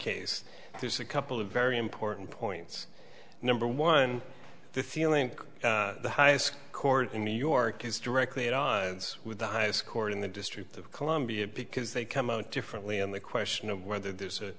case there's a couple of very important points number one the feeling that the highest court in new york is directly at odds with the highest court in the district of columbia because they come out differently on the question of whether there's a